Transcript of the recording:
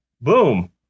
Boom